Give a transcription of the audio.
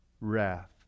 wrath